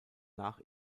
nach